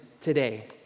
today